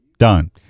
done